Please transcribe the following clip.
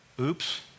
oops